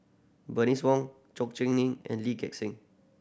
Bernice Wong Chor Eng and Lee Gek Seng